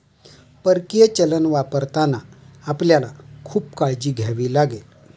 परकीय चलन वापरताना आपल्याला खूप काळजी घ्यावी लागेल